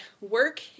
work